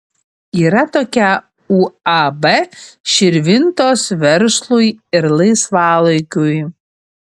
yra tokia uab širvintos verslui ir laisvalaikiui